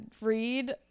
read